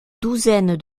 douzaine